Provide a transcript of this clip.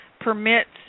permits